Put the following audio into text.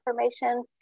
information